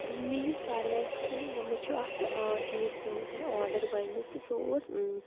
مےٚ یُس سارِوٕے کھۄتہٕ گوٚو مےٚ چھُ اَکھ چیٖز کوٚرمُت آڈَر گۄڈنیُٚک تہٕ سُہ اوس